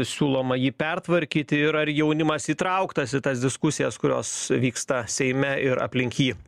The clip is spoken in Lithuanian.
siūloma jį pertvarkyti ir ar jaunimas įtrauktas į tas diskusijas kurios vyksta seime ir aplink jį